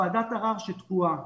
ועדת ערר שתקועה.